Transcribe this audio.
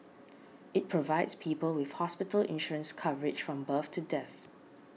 it provides people with hospital insurance coverage from birth to death